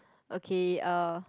okay um